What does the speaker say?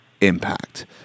impact